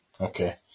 Okay